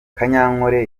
kanyankore